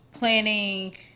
Planning